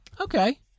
Okay